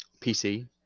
PC